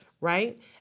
right